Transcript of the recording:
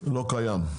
לא קיים.